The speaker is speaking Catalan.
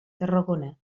tarragona